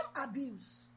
abuse